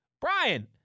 Brian